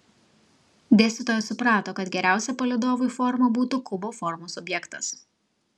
dėstytojas suprato kad geriausia palydovui forma būtų kubo formos objektas